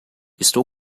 estou